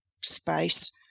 space